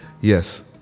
yes